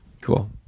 Cool